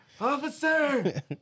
officer